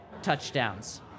touchdowns